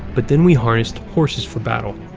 but then we harnessed horses for battle.